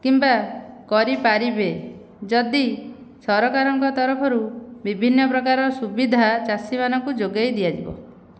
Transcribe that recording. କିମ୍ବା କରିପାରିବେ ଯଦି ସରକାରଙ୍କ ତରଫରୁ ବିଭିନ୍ନ ପ୍ରକାରର ସୁବିଧା ଚାଷୀମାନଙ୍କୁ ଯୋଗେଇ ଦିଆଯିବ